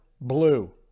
blue